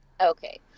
Okay